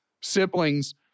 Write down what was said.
siblings